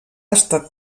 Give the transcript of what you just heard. estat